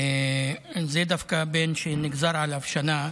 זה דווקא בן שנגזרה עליו שנה.